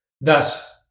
Thus